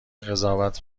قضاوت